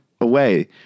away